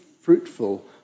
fruitful